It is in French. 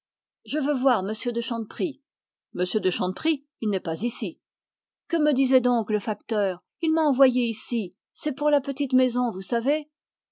je veux voir m de chanteprie m de chanteprie il n'est pas ici que me disait donc le facteur il m'a envoyée ici c'est pour la petite maison vous savez